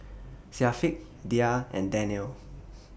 Syafiq Dhia and Daniel